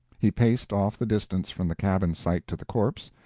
he paced off the distance from the cabin site to the corpse,